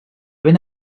ben